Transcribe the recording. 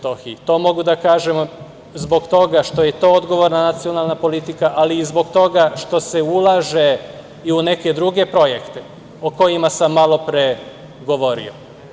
To mogu da kažem zbog toga što je to odgovorna nacionalna politika, ali i zbog toga što se ulaže i u neke druge projekte o kojima sam malo pre govorio.